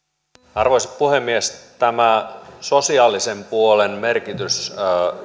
arvoisa puhemies tämä sosiaalisen puolen merkitys